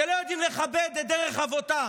שלא יודעים לכבד את דרך אבותיהם,